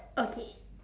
okay